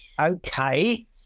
Okay